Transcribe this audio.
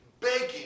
begging